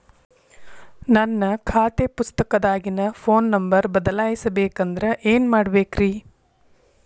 ನನ್ನ ಖಾತೆ ಪುಸ್ತಕದಾಗಿನ ಫೋನ್ ನಂಬರ್ ಬದಲಾಯಿಸ ಬೇಕಂದ್ರ ಏನ್ ಮಾಡ ಬೇಕ್ರಿ?